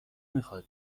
میخواد